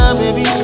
baby